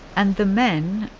and the men,